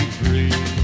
free